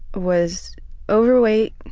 was overweight,